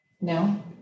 No